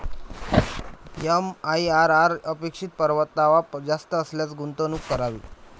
MIRR अपेक्षित परतावा जास्त असल्यास गुंतवणूक करावी